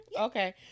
okay